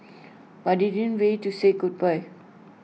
but I didn't went to say goodbye